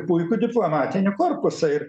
puikų diplomatinį korpusą ir